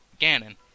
Ganon